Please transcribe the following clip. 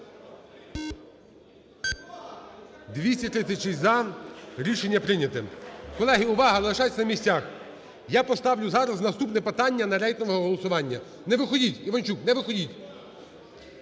236 – за. Рішення прийняте. Колеги, увага, залишайтеся на місцях. Я поставлю зараз наступне питання на рейтингове голосування. Не виходіть. Іванчук, не виходіть.